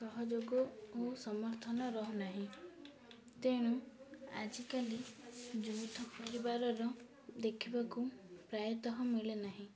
ସହଯୋଗ ଓ ସମର୍ଥନ ରହୁ ନାହିଁ ତେଣୁ ଆଜିକାଲି ଯୌଥ ପରିବାରର ଦେଖିବାକୁ ପ୍ରାୟତଃ ମିଳେ ନାହିଁ